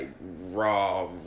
raw